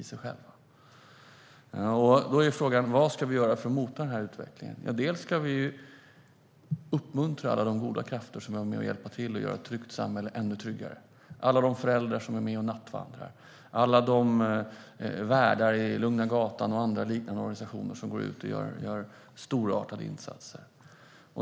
Frågan är: Vad ska vi göra för att mota den utvecklingen? Vi ska för det första uppmuntra alla de goda krafter som vill vara med och hjälpa till och göra ett tryggt samhälle ännu tryggare. Det är alla de föräldrar som är med och nattvandrar och alla värdar i Lugna Gatan och andra liknande organisationer som går ut och gör storartade insatser.